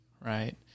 right